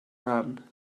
haben